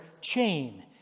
chain